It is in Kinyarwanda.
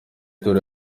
turi